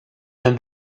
and